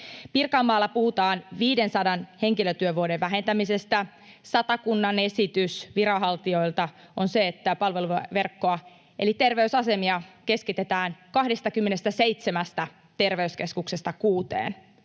Pirkanmaalla puhutaan 500 henkilötyövuoden vähentämisestä, Satakunnan esitys viranhaltijoilta on se, että palveluverkkoa eli terveysasemia keskitetään 27 terveyskeskuksesta 6:een,